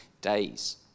days